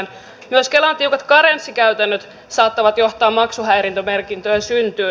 myös kelan tiukat karenssikäytännöt saattavat johtaa maksuhäiriömerkintöjen syntyyn